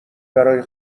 برای